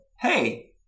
hey